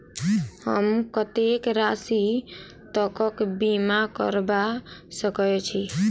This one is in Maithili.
हम कत्तेक राशि तकक बीमा करबा सकै छी?